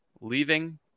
leaving